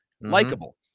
likable